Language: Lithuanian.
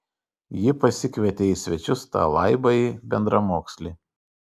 ji pasikvietė į svečius tą laibąjį bendramokslį